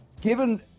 Given